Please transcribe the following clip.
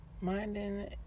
Minding